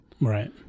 Right